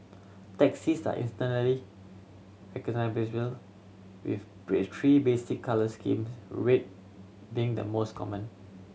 taxis are instantly with three basic colour schemes red being the most common